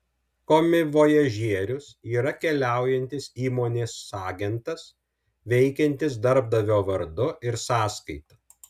komivojažierius yra keliaujantis įmonės agentas veikiantis darbdavio vardu ir sąskaita